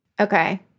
Okay